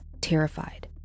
terrified